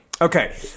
Okay